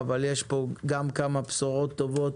אבל יש פה גם כמה בשורות טובות,